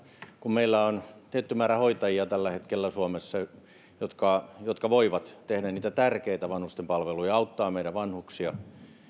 kun meillä on tietty määrä hoitajia tällä hetkellä suomessa jotka jotka voivat tehdä niitä tärkeitä vanhustenpalveluja ja auttaa meidän vanhuksiamme